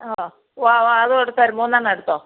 ഓ ഓ ഓ അതും എടുത്തോ ഒരു മൂന്നെണ്ണം എടുത്തോ